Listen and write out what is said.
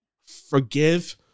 forgive